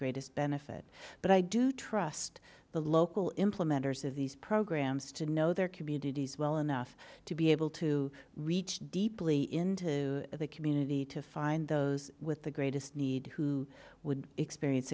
greatest benefit but i do trust the local implementors of these programs to know their communities well enough to be able to reach deeply into the community to find those with the greatest need who would experience